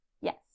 yes